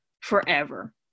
forever